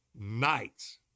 nights